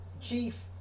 chief